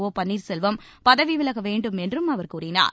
ஓபன்வீர்செல்வம் பதவி விலக வேண்டும் என்றும் அவர் கூறினார்